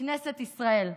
כנסת ישראל.